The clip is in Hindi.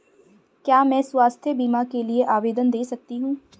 क्या मैं स्वास्थ्य बीमा के लिए आवेदन दे सकती हूँ?